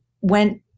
went